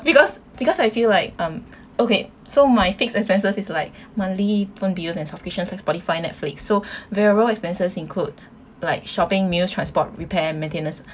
because because I feel like um okay so my fix expenses is like monthly phone bills and subscriptions Spotify Netflix so variable expenses include like shopping meals transport repair maintenance